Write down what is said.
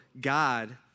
God